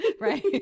Right